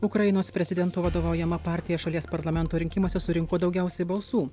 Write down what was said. ukrainos prezidento vadovaujama partija šalies parlamento rinkimuose surinko daugiausiai balsų